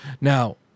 Now